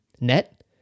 net